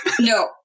No